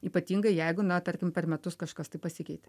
ypatingai jeigu na tarkim per metus kažkas tai pasikeitė